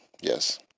yes